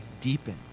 deepen